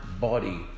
body